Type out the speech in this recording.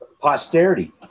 Posterity